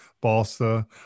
balsa